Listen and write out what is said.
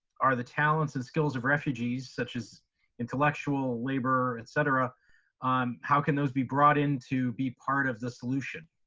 are the talents and skills of refugees, such as intellectual labor, et cetera, um how can those be brought in to be part of the solution?